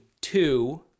two